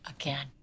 Again